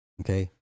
Okay